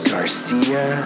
Garcia